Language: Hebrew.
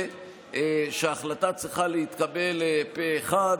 וההחלטה צריכה להתקבל פה אחד.